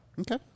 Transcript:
Okay